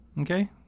Okay